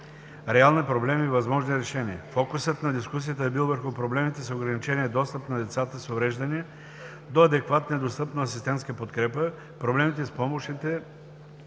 реални проблеми и възможни решения“. Фокусът на дискусията е бил върху проблемите с ограничения достъп на децата с увреждания до адекватна и достъпна асистентска подкрепа; проблемите с помощните